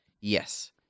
yes